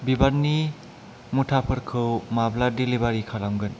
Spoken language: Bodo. बिबारनि मुथाफोरखौ माब्ला डेलिभारि खालामगोन